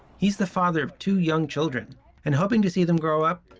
he's the father of two young children and, hoping to see them grow up,